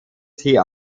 sie